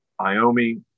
Iomi